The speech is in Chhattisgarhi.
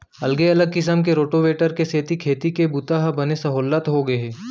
अगले अलग किसम के रोटावेटर के सेती खेती के बूता हर बने सहोल्लत होगे हे